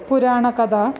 पुराणकथा